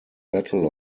battle